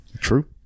true